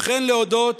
וכן להודות